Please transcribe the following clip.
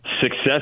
success